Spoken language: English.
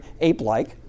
ape-like